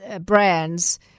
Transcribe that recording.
brands